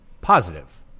positive